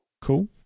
cool